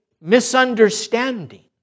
misunderstanding